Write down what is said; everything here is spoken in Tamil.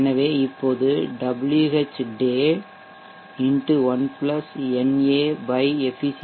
எனவே இப்போது Whday 1 na efficiency